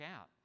out